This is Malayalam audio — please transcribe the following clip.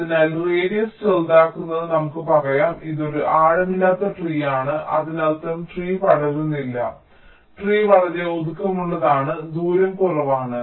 അതിനാൽ റേഡിയസ് ചെറുതാക്കുന്നത് നമുക്ക് പറയാം ഇത് ഒരു ആഴമില്ലാത്ത ട്രീ ആണ് അതിനർത്ഥം ട്രീ പടരുന്നില്ല ട്രീ വളരെ ഒതുക്കമുള്ളതാണ് ദൂരം കുറവാണ്